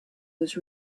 was